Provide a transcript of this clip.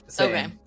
Okay